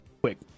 quick